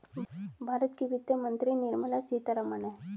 भारत की वित्त मंत्री निर्मला सीतारमण है